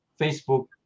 Facebook